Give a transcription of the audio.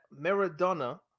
Maradona